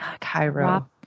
Cairo